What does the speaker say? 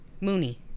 mooney